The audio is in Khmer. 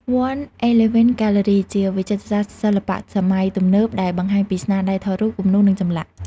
វ័ន អេទ្បេវិន ហ្គាទ្បឺរី ជាវិចិត្រសាលសិល្បៈសម័យទំនើបដែលបង្ហាញពីស្នាដៃថតរូប គំនូរ និងចម្លាក់។